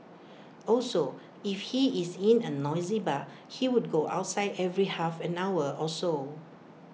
also if he is in A noisy bar he would go outside every half an hour or so